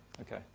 Okay